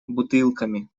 бутылками